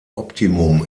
optimum